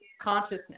consciousness